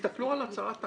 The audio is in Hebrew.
תסתכלו על הצעת החוק.